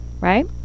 right